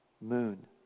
moon